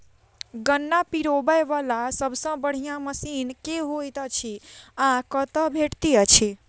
गन्ना पिरोबै वला सबसँ बढ़िया मशीन केँ होइत अछि आ कतह भेटति अछि?